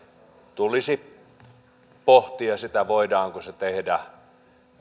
tulisi pohtia sitä voidaanko se tehdä